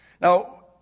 Now